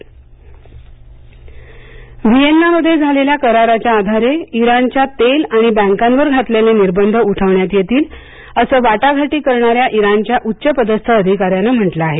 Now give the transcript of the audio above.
Iran तेल निर्बंध Vienna मध्ये झालेल्या कराराच्या आधारे इराणच्या तेल आणि बँकांवर घातलेले निर्बंध उठवण्यात येतील असं वाटाघाटी करणाऱ्या इराणच्या उच्च पदस्थ अधिकार्यांने म्हंटल आहे